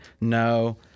No